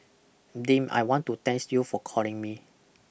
Deem I want to thanks you for calling me